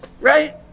right